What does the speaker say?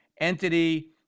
entity